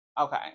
Okay